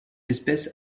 espèce